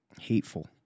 hateful